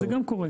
זה גם קורה.